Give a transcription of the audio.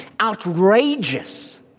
outrageous